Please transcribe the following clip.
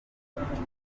umuturanyi